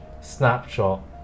snapshot